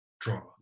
trauma